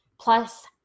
plus